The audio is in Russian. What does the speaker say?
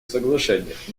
соглашениях